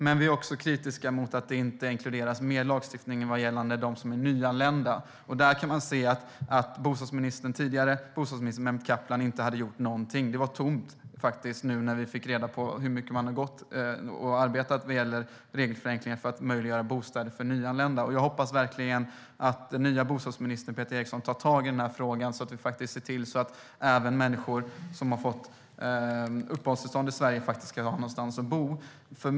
Men vi är också kritiska mot att det inte inkluderas mer lagstiftning gällande dem som är nyanlända. Där kan man se att den tidigare bostadsministern Mehmet Kaplan inte hade gjort någonting. När vi nu fick reda på hur mycket man hade arbetat med regelförenklingar för att möjliggöra bostäder för nyanlända var det tomt. Jag hoppas verkligen att den nye bostadsministern Peter Eriksson tar tag i denna fråga så att även människor som har fått uppehållstillstånd i Sverige har någonstans att bo.